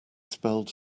spelled